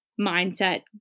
mindset